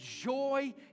joy